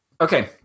okay